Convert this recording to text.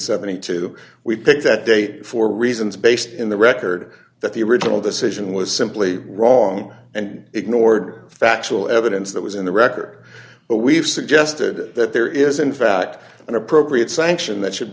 seventy two we picked that date for reasons based in the record that the original decision was simply wrong and ignored factual evidence that was in the record but we've suggested that there is in fact an appropriate sanction that should